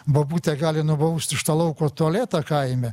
bobutę gali nubaust už tą lauko tualetą kaime